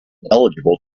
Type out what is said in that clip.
eligible